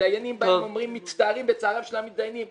דיינים אומרים: מצטערים בצערם של המתדיינים,